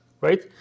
right